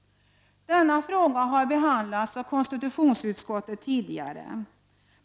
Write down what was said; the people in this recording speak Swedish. Denna fråga har behandlats av konstitutionsutskottet tidigare.